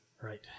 Right